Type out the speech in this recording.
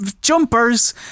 jumpers